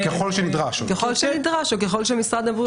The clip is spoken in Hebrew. שהוא בדרך כלל ליום אחד ספציפי,